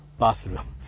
bathroom